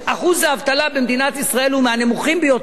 אחוז האבטלה במדינת ישראל הוא מהנמוכים ביותר